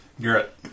Garrett